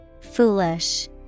foolish